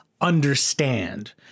understand